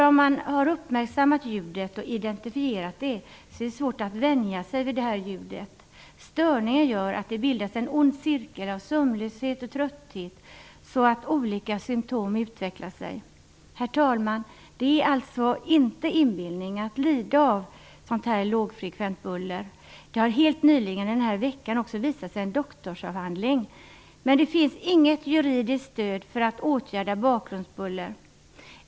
Om man har uppmärksammat ljudet och identifierat det är det svårt att vänja sig vid det. Störningen gör att det bildas en ond cirkel av sömnlöshet och trötthet så att olika symtom utvecklas. Herr talman! Det är alltså inte inbillning att lida av lågfrekvent buller. Det har helt nyligen, i denna vecka, visat sig i en doktorsavhandling. Men det finns inget juridiskt stöd för att åtgärda bakgrundsbuller.